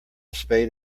spade